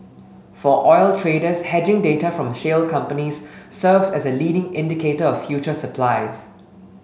for oil traders hedging data from shale companies serves as a leading indicator of future supplies